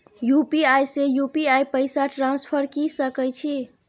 UPI से UPI पैसा transfer की सके छी?